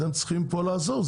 אתם צריכים פה לעזור.